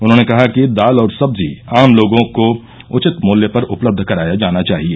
उन्होंने कहा कि दाल और सब्जी आम लोगों को उचित मूल्य पर उपलब्ध कराया जाना चाहिए